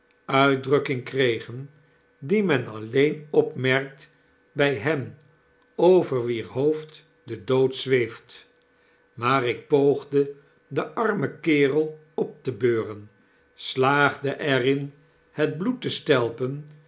uitdrukking kregen die men alleen opmerkt bij hen over wierhoofd de dood zweeft maar ik poogde den armen kerel op te beuren slaagde er in het bloed te stelpen